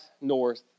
north